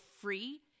free